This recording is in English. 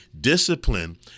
Discipline